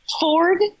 Ford